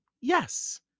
Yes